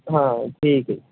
ਹਾਂ ਠੀਕ ਹੈ ਜੀ